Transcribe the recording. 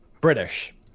British